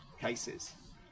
cases